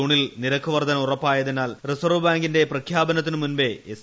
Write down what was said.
ജൂണിൽ നിരക്ക് വർദ്ധന ഉറപ്പായതിനാൽ റിസർവ് ബാങ്കിന്റെ പ്രഖ്യാപനത്തിന് മുമ്പേ എസ്